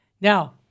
Now